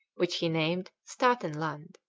which he named staaten land.